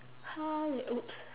halle~ !oops!